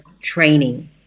training